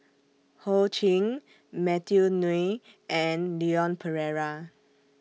Ho Ching Matthew Ngui and Leon Perera